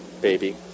Baby